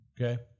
Okay